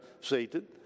Satan